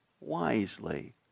wisely